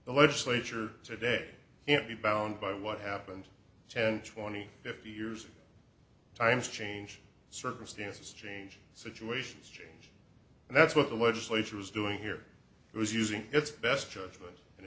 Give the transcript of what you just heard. the legislature today and be bound by what happened ten twenty fifty years times change circumstances change situations change and that's what the legislature is doing here it was using its best judgment and